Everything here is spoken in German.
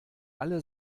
alle